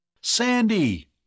Sandy